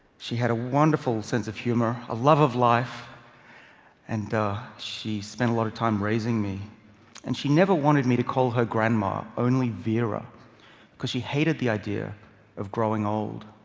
she had a wonderful sense of humor, a love of life and she spent a lot of time raising me and she never wanted me to call her grandma only vera because she hated the idea of growing old.